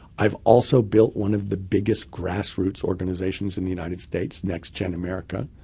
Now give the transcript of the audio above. i've also built one of the biggest grassroots organizations in the united states, nextgen america,